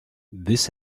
this